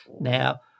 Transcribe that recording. Now